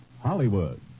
Hollywood